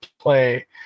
play